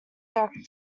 directed